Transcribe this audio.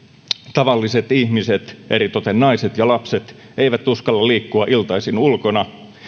tavalliset ihmiset eritoten naiset ja lapset eivät uskalla liikkua iltaisin ulkona